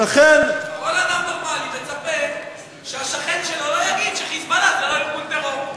כל אדם נורמלי מצפה שהשכן שלו לא יגיד ש"חיזבאללה" זה לא ארגון טרור.